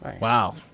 Wow